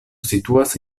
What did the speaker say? situas